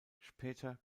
später